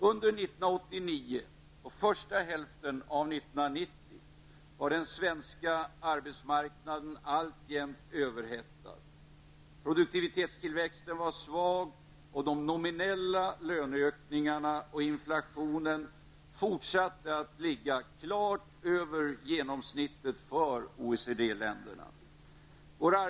Under 1989 och första hälften av 1990 var den svenska arbetsmarknaden alltjämt överhettad. Produktivitetstillväxten var svag, och de nominella löneökningarna och inflationen fortsatte att ligga klart över genomsnittet för OECD-länderna.